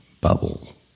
bubble